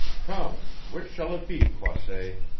come, which shall it be, croisset? a